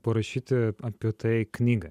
parašyti apie tai knygą